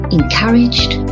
encouraged